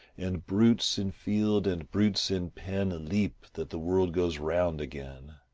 and brutes in field and brutes in pen leap that the world goes round again.